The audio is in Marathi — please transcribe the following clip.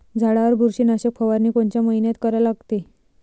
झाडावर बुरशीनाशक फवारनी कोनच्या मइन्यात करा लागते?